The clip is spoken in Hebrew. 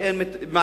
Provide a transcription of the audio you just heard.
כי אין מענה.